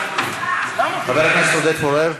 חבר הכנסת עודד פורר.